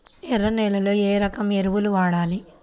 ఎర్ర నేలలో ఏ రకం ఎరువులు వాడాలి?